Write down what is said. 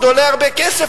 עולה הרבה כסף,